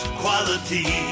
quality